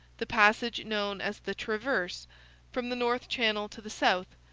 the passage known as the traverse from the north channel to the south,